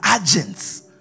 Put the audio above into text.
agents